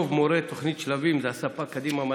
רוב מורי תוכנית שלבים והספק "קדימה מדע",